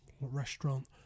restaurant